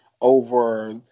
over